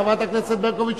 חברת הכנסת ברקוביץ,